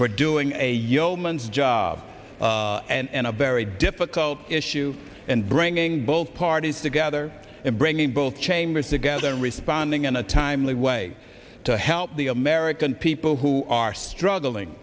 for doing a yeoman's job and a very difficult issue and bringing both parties together and bringing both chambers together in responding in a timely way to help the american people who are struggling